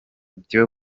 byo